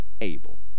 able